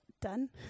Done